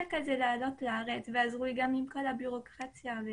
החשק לעלות לארץ ועזרו לי בכל הבירוקרטיה.